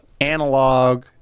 analog